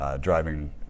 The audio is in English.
driving